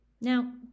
Now